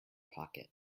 pocket